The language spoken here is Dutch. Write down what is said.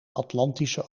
atlantische